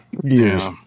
Yes